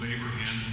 Abraham